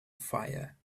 fire